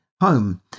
home